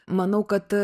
manau kad